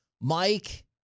Mike